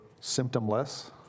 symptomless